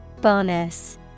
Bonus